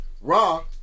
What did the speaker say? Raw